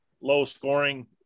low-scoring